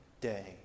day